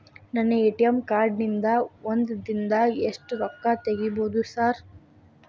ನನ್ನ ATM card ನಿಂದಾ ಒಂದ್ ದಿಂದಾಗ ಎಷ್ಟ ರೊಕ್ಕಾ ತೆಗಿಬೋದು ಸಾರ್?